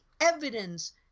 evidence